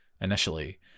initially